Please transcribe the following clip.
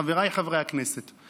חבריי חברי הכנסת,